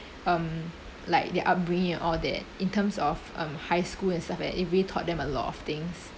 um like their upbringing and all that in terms of um high school and stuff like that it really taught them a lot of things